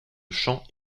chant